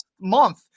month